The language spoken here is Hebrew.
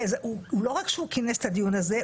לא רק שהוא כינס את הדיון הזה,